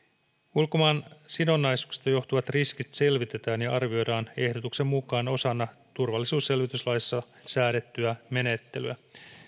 ulkomaansidonnaisuuksista johtuvat riskit selvitetään ja arvioidaan ehdotuksen mukaan osana turvallisuusselvityslaissa säädettyä menettelyä